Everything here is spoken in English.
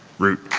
root!